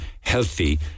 healthy